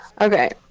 Okay